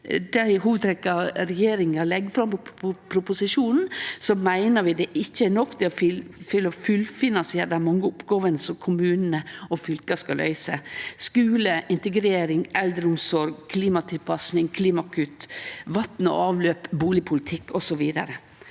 regjeringa legg fram i proposisjonen, meiner vi det ikkje er nok til å fullfinansiere dei mange oppgåvene som kommunane og fylka skal løyse: skule, integrering, eldreomsorg, klimatilpassing, klimakutt, vatn og avløp, bustadpolitikk og